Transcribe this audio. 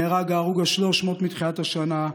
נהרג ההרוג ה-300 מתחילת השנה,